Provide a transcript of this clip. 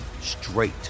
straight